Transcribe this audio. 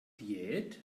diät